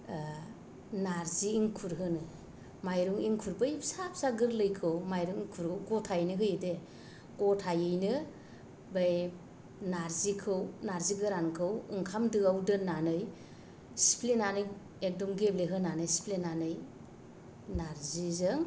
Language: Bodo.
ओ नार्जि एंखुर होनो माइरं एंखुर बै फिसा फिसा गोरलैखौ माइरं गथायैनो होयो दे गथायैनो बै नार्जिखौ नारजि गोरानखौ ओंखाम दोआव दोननानै सिफ्लेनानै एकदम गेब्लेहोनानै सिफ्लेनानै नार्जिजों